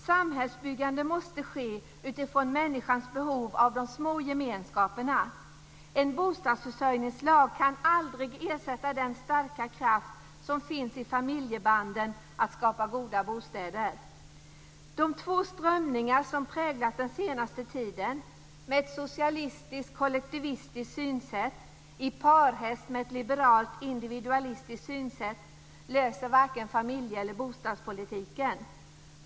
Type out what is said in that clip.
Samhällsbyggande måste ske utifrån människans behov av de små gemenskaperna. En bostadsförsörjningslag kan aldrig ersätta den starka kraft att skapa goda bostäder som finns i familjebanden. De två strömningar som präglat den senaste tiden med ett socialistiskt kollektivistiskt synsätt i parhäst med ett liberalt individualistiskt synsätt löser varken familjeeller bostadspolitiken.